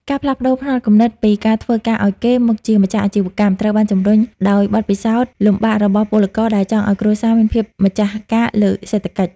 ការផ្លាស់ប្តូរផ្នត់គំនិតពី "ការធ្វើការឱ្យគេ" មកជា "ម្ចាស់អាជីវកម្ម" ត្រូវបានជម្រុញដោយបទពិសោធន៍លំបាករបស់ពលករដែលចង់ឱ្យគ្រួសារមានភាពម្ចាស់ការលើសេដ្ឋកិច្ច។